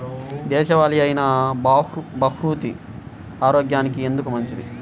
దేశవాలి అయినా బహ్రూతి ఆరోగ్యానికి ఎందుకు మంచిది?